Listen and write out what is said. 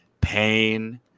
pain